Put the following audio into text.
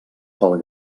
pel